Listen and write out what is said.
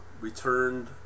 returned